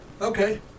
okay